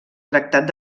tractat